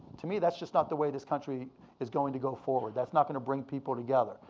to me, that's just not the way this country is going to go forward. that's not gonna bring people together.